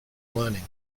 learning